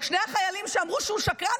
שני החיילים שאמרו שהוא שקרן,